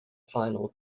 final